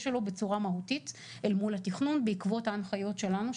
שלו בצורה מהותית אל מול התכנון בעקבות ההנחיות שלנו,